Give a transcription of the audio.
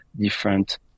different